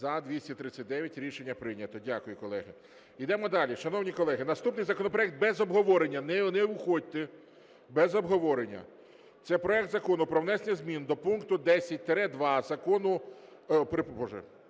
За-239 Рішення прийнято. Дякую, колеги. Йдемо далі, шановні колеги, наступний законопроект без обговорення, не уходьте, без обговорення – це проект Закону про внесення зміни до пункту 10-2 розділу